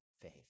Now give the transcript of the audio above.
faith